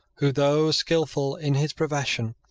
who, though skilful in his profession,